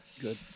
Good